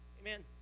Amen